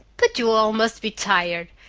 but you all must be tired.